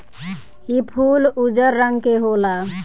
इ फूल उजर रंग के होला